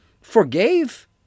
forgave